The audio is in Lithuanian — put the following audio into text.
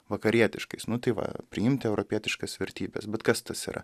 vakarietiškais nu tai va priimti europietiškas vertybes bet kas tas yra